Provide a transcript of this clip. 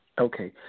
Okay